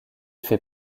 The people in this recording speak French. fait